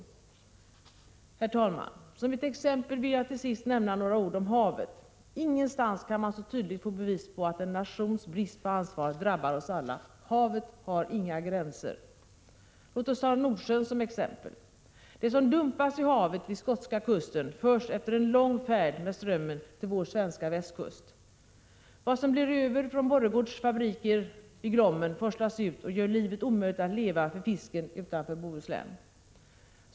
Herr talman! Som ett exempel vill jag till sist nämna några ord om havet. Ingenstans kan man så tydligt få bevis för att en nations brist på ansvar drabbar oss alla. Havet har inga gränser. Låt oss ta Nordsjön som exempel. Det som dumpas i havet vid skotska kusten förs efter en lång färd med strömmen till vår svenska västkust. Vad som blir över från Borregaards fabriker vid Glommen forslas ut och gör livet omöjligt att leva för fisken utanför Bohuslän.